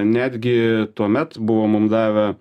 netgi tuomet buvo mum davę